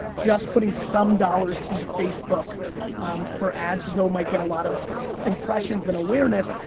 just putting some dollars into facebook for ads, though might get a lot of ah impressions and awareness,